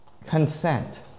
Consent